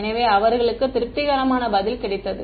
எனவே அவர்களுக்கு திருப்திகரமான பதில் கிடைத்தது